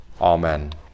Amen